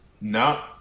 no